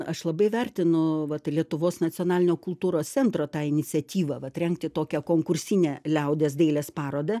aš labai vertinu vat ir lietuvos nacionalinio kultūros centro tai iniciatyvą vat rengti tokią konkursinę liaudies dailės parodą